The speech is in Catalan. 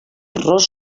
ros